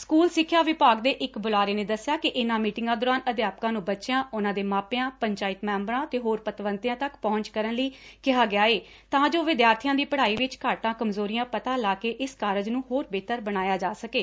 school ਸਿੱਖਿਆ ਵਿਭਾਗ ਦੇ ਇੱਕ ਬੁਲਾਰੇ ਨੇ ਦੱਸਿਆ ਕਿ ਇਨਾਂ ਮੀਟਿੰਗਾਂ ਦੌਰਾਨ ਅਧਿਆਪਕਾਂ ਨੰ ਬੱਚਿਆਂ ਉਨਾਂ ਦੇ ਮਾਪਿਆਂ ਪੰਚਾਇਤ ਮੈਂਬਰਾਂ ਅਤੇ ਹੋਰ ਪਤਵੰਤਿਆਂ ਤੱਕ ਪਹੁੰਚ ਕਰਨ ਲਈ ਕਿਹਾ ਗਿਆ ਏ ਤਾਂ ਜੋ ਵਿਦਿਆਰਥੀਆਂ ਦੀ ਪਤ੍ਹਾਈ ਵਿਚ ਘਾਟਾਂ ਕਮਜੋਰੀਆਂ ਪਤਾ ਲਾ ਕੇ ਇਸ ਕਾਰਜ ਨੂੰ ਹੋਰ ਬੇਹਤਰ ਬਣਾਇਆ ਜਾ ਸਕੇ